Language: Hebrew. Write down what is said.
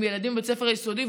הם ילדים בבית ספר יסודי,